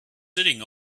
sitting